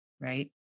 right